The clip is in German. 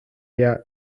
der